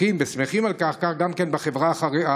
אנחנו מברכים ושמחים על כך, וכך גם בחברה הערבית,